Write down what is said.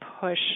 push